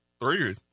Three